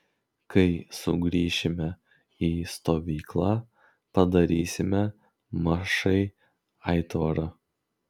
kai sugrįšime į stovyklą padarysime mašai aitvarą